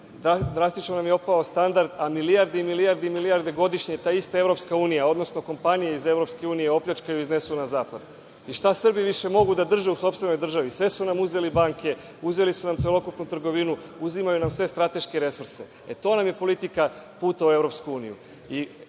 hiljada. Drastično nam je opao standard, a milijarde i milijarde i milijarde godišnje ta ista EU, odnosno kompanije iz EU opljačkaju i iznesu na zapad. Šta Srbi više mogu da drže u sopstvenoj državi? Sve su nam uzeli banke, uzeli su nam celokupnu trgovinu, uzimaju nam sve strateške resurse. E, to nam je politika puta u EU.